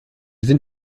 sind